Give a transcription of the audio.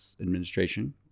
Administration